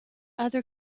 other